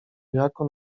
jako